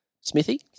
Smithy